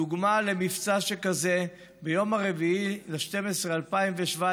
דוגמה למבצע שכזה: ביום 4 בדצמבר 2017